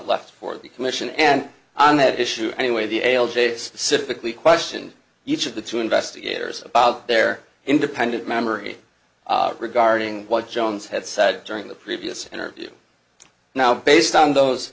left for the commission and on that issue anyway the ail day specifically question each of the two investigators about their independent memory regarding what jones had said during the previous interview now based on those